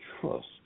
trust